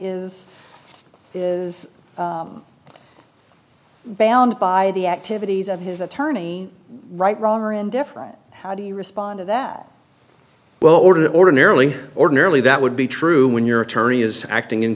is is bound by the activities of his attorney right wrong or indifferent how do you respond to that well ordered ordinarily ordinarily that would be true when your attorney is acting in